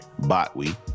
Botwe